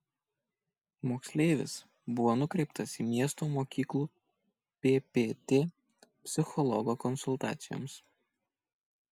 moksleivis buvo nukreiptas į miesto mokyklų ppt psichologo konsultacijoms